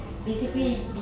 mm